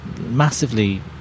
massively